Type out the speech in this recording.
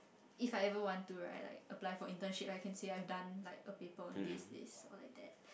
if I ever want to right like apply for internship I can say I've done like a paper on this this or like that